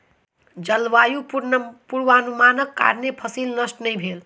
जलवायु पूर्वानुमानक कारणेँ फसिल नष्ट नै भेल